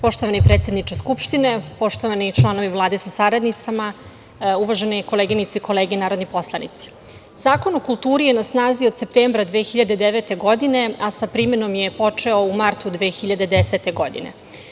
Poštovani predsedniče Skupštine, poštovani članovi Vlade sa saradnicima, uvažene koleginice i kolege narodni poslanici, Zakon o kulturi je na snazi od septembra 2009. godine, a sa primenom je počeo u martu 2010. godine.